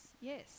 yes